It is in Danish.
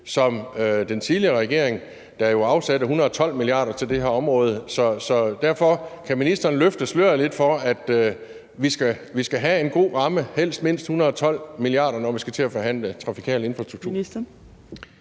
som den tidligere regering, der jo afsatte 112 mia. kr. til det her område. Så derfor: Kan ministeren løfte sløret lidt for den ramme? Vi skal have en god ramme, helst mindst 112 mia. kr., når vi skal til at forhandle trafikal infrastruktur.